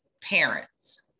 parents